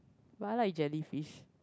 but I like jellyfish